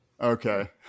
Okay